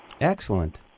Excellent